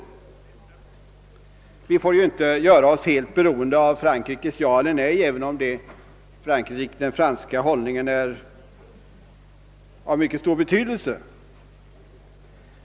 Vi får inte göra oss helt beroende av Frankrikes ja eller nej, även om den franska hållningen är av mycket stor betydelse.